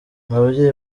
ababyeyi